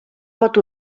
pot